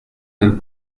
del